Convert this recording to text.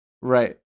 Right